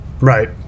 Right